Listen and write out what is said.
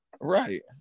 Right